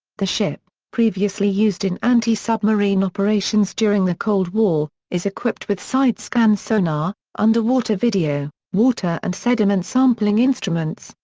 the ship, previously used in anti-submarine operations during the cold war, is equipped with sidescan sonar, underwater video, water and sediment sampling instruments,